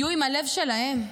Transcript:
יהיו עם הלב שלהם,